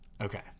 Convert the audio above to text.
Okay